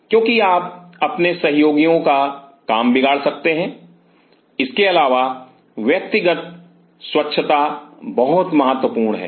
क्योंकि आप अपने सहयोगियों का काम बिगाड़ सकते हैं इसके अलावा व्यक्तिगत स्वच्छता बहुत महत्वपूर्ण है